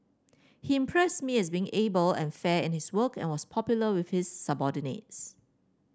he impressed me as being able and fair in his work and was popular with his subordinates